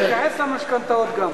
תתייחס גם למשכנתאות.